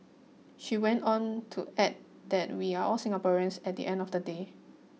she went on to add that we are all Singaporeans at the end of the day